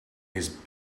his